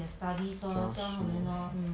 教书